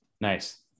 nice